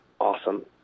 awesome